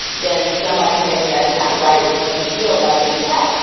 then somebody saying that that's not right is going to feel like an attack.